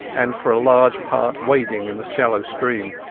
and for a large part wading in the shallow stream.